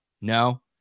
no